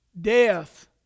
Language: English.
death